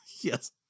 yes